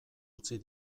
utzi